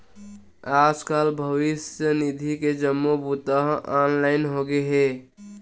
आजकाल भविस्य निधि के जम्मो बूता ह ऑनलाईन होगे हे